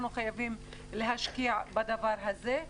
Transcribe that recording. אנחנו חייבים להשקיע בדבר הזה.